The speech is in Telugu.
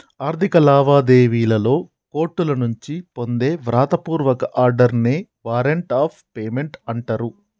ఆర్థిక లావాదేవీలలో కోర్టుల నుంచి పొందే వ్రాత పూర్వక ఆర్డర్ నే వారెంట్ ఆఫ్ పేమెంట్ అంటరు